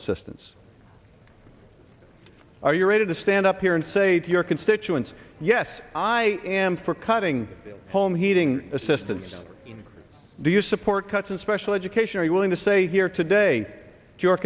assistance are you ready to stand up here and say to your constituents yes i am for cutting home heating assistance do you support cuts in special education or are you willing to say here today to your